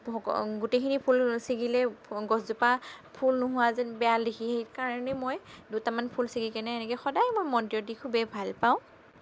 গোটেইখিনি ফুল ছিঙিলে গছজোপা ফুল নোহোৱা যেন বেয়া দেখি সেইকাৰণে মই দুটামান ফুল ছিঙিকেনে এনেকৈ সদায় মই মন্দিৰত দি খুবেই ভাল পাওঁ